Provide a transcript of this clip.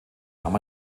nahm